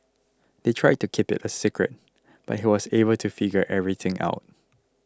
they tried to keep it a secret but he was able to figure everything out